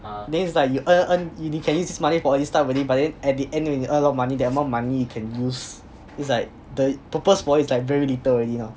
then is like you earn earn earn you can use this money for a lot of stuff already but then at the end when you earn a lot of money that amount of money you can use is like the purpose for it is very little already mah